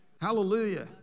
Hallelujah